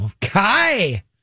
Kai